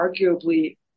arguably